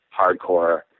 hardcore